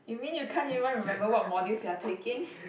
you mean you can't even remember what modules you are taking